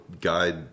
guide